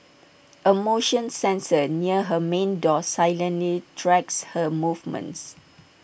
A motion sensor near her main door silently tracks her movements